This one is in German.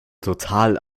total